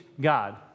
God